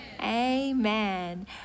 Amen